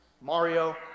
Mario